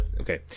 okay